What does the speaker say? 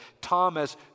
Thomas